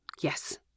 Yes